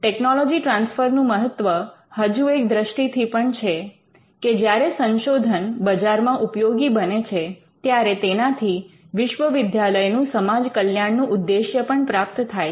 technology transfer નું મહત્વ હજુ એક દૃષ્ટિથી પણ છે કે જ્યારે સંશોધન બજારમાં ઉપયોગી બને છે ત્યારે તેનાથી વિશ્વવિદ્યાલયનું સમાજ કલ્યાણનું ઉદ્દેશ્ય પણ પ્રાપ્ત થાય છે